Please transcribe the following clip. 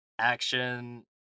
action